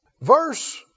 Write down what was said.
Verse